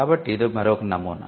కాబట్టి ఇది మరొక నమూనా